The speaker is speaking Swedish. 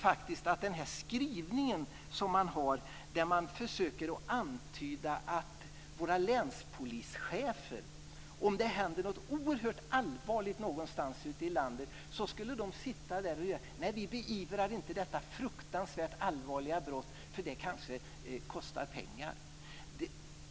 Man har gjort en skrivning där man försöker att antyda att våra länspolischefer om det händer något oerhört allvarligt någonstans ute i landet skulle sitta där och säga: Nej, vi beivrar inte detta fruktansvärt allvarliga brott, för det kanske kostar pengar.